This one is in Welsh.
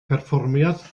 perfformiad